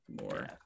more